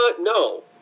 No